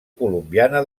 colombiana